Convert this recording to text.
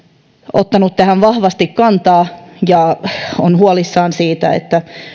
ottanut tähän vahvasti kantaa ja on huolissaan siitä